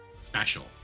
special